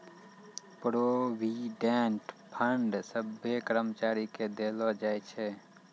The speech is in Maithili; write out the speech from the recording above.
प्रोविडेंट फंड सभ्भे कर्मचारी के देलो जाय छै